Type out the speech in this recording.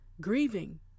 Grieving